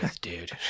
dude